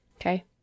Okay